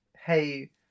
hey